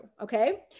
okay